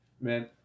man